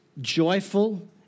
joyful